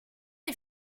est